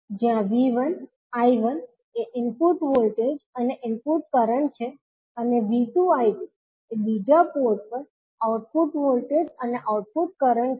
જ્યાં V1 I1 એ input voltage અને ઇનપુટ કરંટ છે અને V2 I2 એ બીજા પોર્ટ પર આઉટપુટ વોલ્ટેજ અને આઉટપુટ કરંટ છે